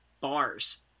bars